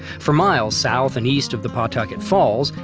for miles south and east of the pawtucket falls,